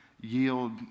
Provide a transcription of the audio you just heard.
yield